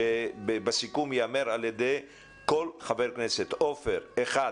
הסיכום ייאמר על ידי כל חבר כנסת בדקה.